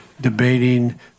debating